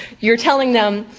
you're telling them,